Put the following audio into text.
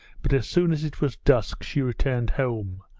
but as soon as it was dusk she returned home,